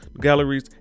galleries